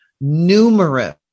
numerous